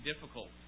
difficult